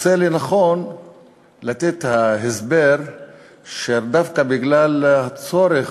מוצא לנכון לתת את ההסבר שדווקא בגלל הצורך